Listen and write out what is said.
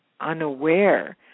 unaware